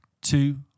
two